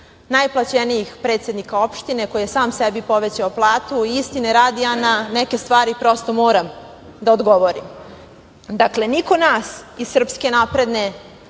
najplaćenijih predsednika opštine, koji je sam sebi povećao platu. Istine radi, ja na neke stvari moram da odgovorim. Dakle, niko nas iz Srpske napredne